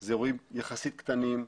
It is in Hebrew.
זה אירועים יחסית קטנים,